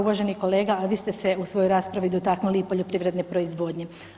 Uvaženi kolega, vi ste se u svojoj raspravi dotaknuli i poljoprivredne proizvodnje.